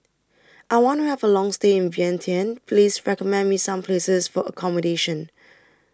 I want to Have A Long stay in Vientiane Please recommend Me Some Places For accommodation